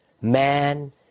man